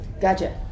Gotcha